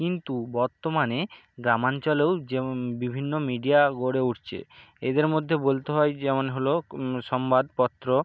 কিন্তু বর্তমানে গ্রামাঞ্চলেও যেম বিভিন্ন মিডিয়া গড়ে উঠছে এদের মধ্যে বলতে হয় যেমন হলো সংবাদপত্র